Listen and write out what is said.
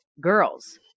girls